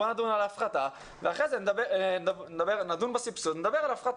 בוא נדון בסבסוד ואחר כך נדבר על ההפחתה.